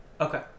Okay